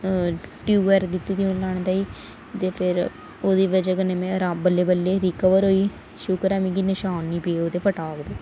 tube दित्ती दी ही उनें लाने ताहीं ते ओह्दी बजह कन्नै में बल्लें बल्लें रिकवर होई शुक्र ऐ मिगी ओह्दे नशान निं पे फटाग दे